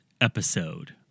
episode